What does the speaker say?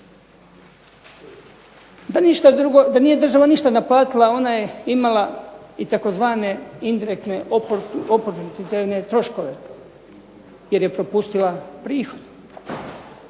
Da nije država ništa naplatila ona je imala i tzv. indirektne oportune troškove jer je propustila prihod.